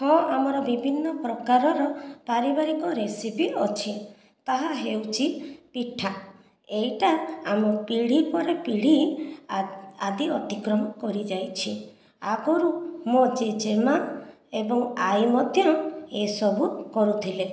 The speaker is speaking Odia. ହଁ ଆମର ବିଭିନ୍ନ ପ୍ରକାରର ପାରିବାରିକ ରେସିପି ଅଛି ତାହା ହେଉଛି ପିଠା ଏଇଟା ଆମ ପିଢ଼ି ପରେ ପିଢ଼ି ଆ ଆଦି ଅତିକ୍ରମ କରି ଯାଇଛି ଆଗରୁ ମୋ ଜେଜେମା ଏବଂ ଆଈ ମଧ୍ୟ ଏସବୁ କରୁଥିଲେ